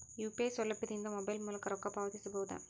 UPI ಸೌಲಭ್ಯ ಇಂದ mobile ಮೂಲಕ ರೊಕ್ಕ ಪಾವತಿಸ ಬಹುದಾ?